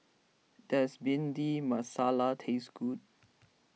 does Bhindi Masala taste good